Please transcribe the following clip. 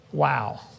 Wow